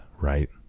right